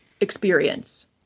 experience